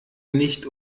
nicht